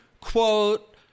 quote